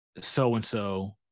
so-and-so